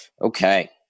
Okay